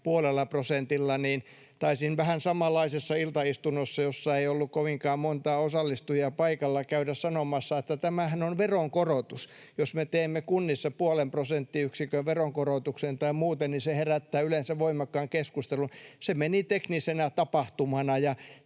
puolella prosentilla, niin taisin vähän samanlaisessa iltaistunnossa, jossa ei ollut kovinkaan montaa osallistujaa paikalla, käydä sanomassa, että tämähän on veronkorotus. Jos me teemme kunnissa puolen prosenttiyksikön veronkorotuksen tai muuta, niin se herättää yleensä voimakkaan keskustelun. Se meni teknisenä tapahtumana,